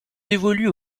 dévolu